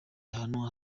hantu